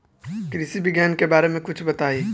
कृषि विज्ञान के बारे में कुछ बताई